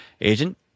Agent